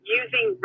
using